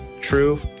true